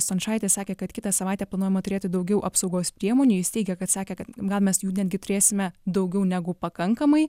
stončaitis sakė kad kitą savaitę planuojama turėti daugiau apsaugos priemonių jis teigė kad sakė kad gal mes jų netgi turėsime daugiau negu pakankamai